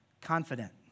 confident